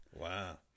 Wow